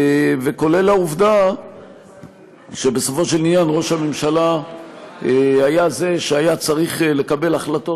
וכולל העובדה שבסופו של עניין ראש הממשלה היה זה שהיה צריך לקבל החלטות